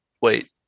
wait